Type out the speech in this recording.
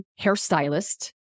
hairstylist